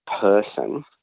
person